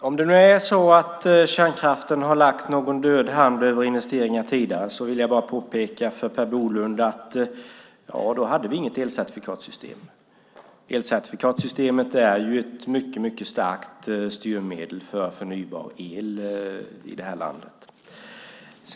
Herr talman! Om kärnkraften verkligen skulle ha lagt en död hand över investeringarna tidigare skulle vi inte ha haft något elcertifikatssystem. Elcertifikatssystemet är ju ett mycket starkt styrmedel för förnybar el i det här landet.